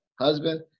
husband